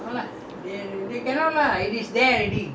do they check they check [what] they do swab test [what]